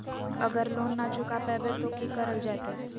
अगर लोन न चुका पैबे तो की करल जयते?